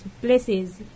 places